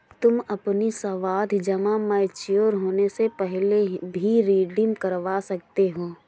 तुम अपनी सावधि जमा मैच्योर होने से पहले भी रिडीम करवा सकते हो